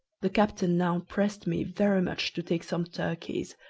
the captain now pressed me very much to take some turkeys,